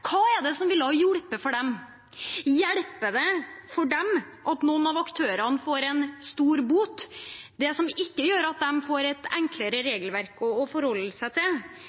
Hva er det som ville hjulpet dem? Hjelper det dem at noen av aktørene får en stor bot – ikke at de får et enklere regelverk å forholde seg til?